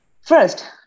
First